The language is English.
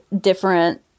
different